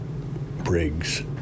Briggs